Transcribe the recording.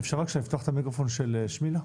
אפשר בבקשה לפתוח את המיקרופון של שמילה?